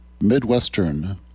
Midwestern